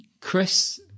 Chris